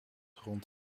rond